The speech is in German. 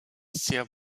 sehr